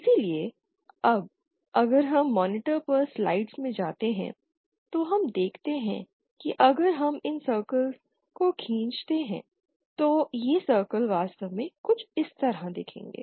इसलिए अब अगर हम मॉनिटर पर स्लाइड्स में जाते हैं तो हम देखते हैं कि अगर हम इन सर्कल को खींचते हैं तो यह सर्कल वास्तव में कुछ इस तरह दिखेंगे